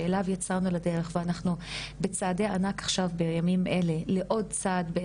שאליו יצאנו לדרך ואנחנו בצעדי ענק עכשיו בימים אלה לקראת